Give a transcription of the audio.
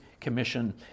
commission